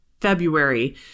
February